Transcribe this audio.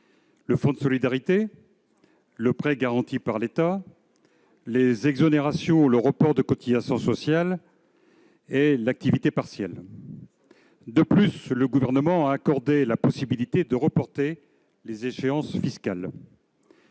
le fonds de solidarité, les prêts garantis par l'État, les exonérations et reports de cotisations sociales, l'activité partielle. De plus, il a accordé la possibilité de reporter les échéances fiscales.